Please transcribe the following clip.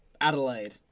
Adelaide